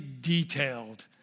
detailed